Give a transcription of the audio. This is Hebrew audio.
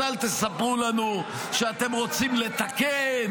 אז אל תספרו לנו שאתם רוצים לתקן,